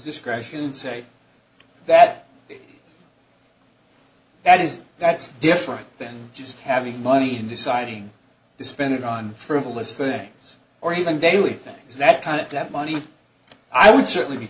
discretion and say that that is that's different than just having money and deciding to spend it on frivolous things or even daily things that kind of debt money i would certainly be